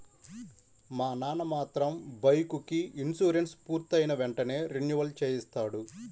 మా నాన్న మాత్రం బైకుకి ఇన్సూరెన్సు పూర్తయిన వెంటనే రెన్యువల్ చేయిస్తాడు